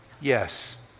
yes